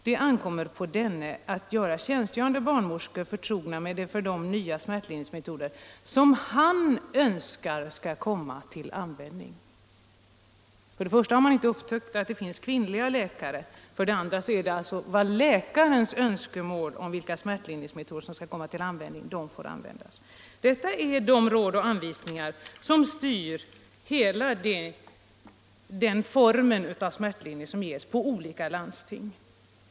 Det ankommer på denne att göra tjänstgörande barnmorskor förtrogna med de för dem nya smärtlindringsmetoder, som han önskar skall komma till användning.” För det första har man inte upptäckt att det finns kvinnliga läkare. För det andra är det alltså de smärtlindringsmetoder som läkaren önskar skall komma till användning som får tillämpas. Detta är de råd och anvisningar som styr alla former av smärtlindring som ges inom olika landsting.